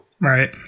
Right